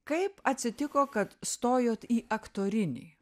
kaip atsitiko kad stojot į aktorinį